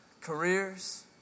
careers